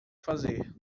fazer